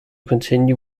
continue